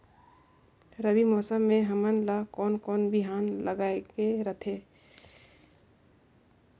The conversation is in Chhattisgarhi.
रबी मौसम मे हमन ला कोन कोन बिहान लगायेक रथे?